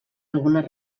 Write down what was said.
algunes